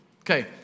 Okay